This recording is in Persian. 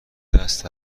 دست